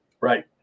Right